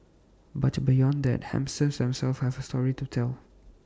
but beyond that hamsters themselves have A story to tell